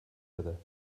other